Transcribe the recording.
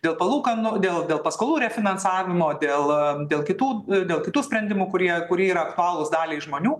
dėl palūkanų dėl dėl paskolų refinansavimo dėl dėl kitų dėl kitų sprendimų kurie kurie yra aktualūs daliai žmonių